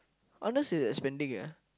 Arnold's is expanding ah